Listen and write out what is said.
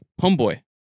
homeboy